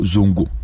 Zongo